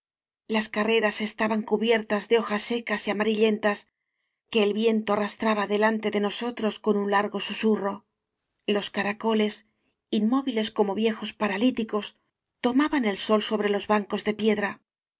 las carreras estaban cu biertas de hojas secas y amarillentas que el viento arrastraba delante de nosotros con un largo susurro los caracoles inmóviles como t lejos paralíticos tomaban el sol sobre los bancos de piedra las